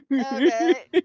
Okay